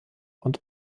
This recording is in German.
und